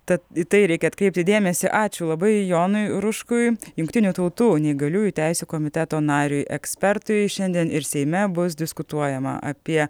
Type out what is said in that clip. tad į tai reikia atkreipti dėmesį ačiū labai jonui ruškui jungtinių tautų neįgaliųjų teisių komiteto nariui ekspertui šiandien ir seime bus diskutuojama apie